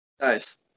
Nice